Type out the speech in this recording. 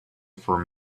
for